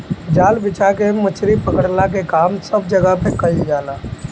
जाल बिछा के मछरी पकड़ला के काम सब जगह पे कईल जाला